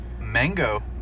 mango